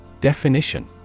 Definition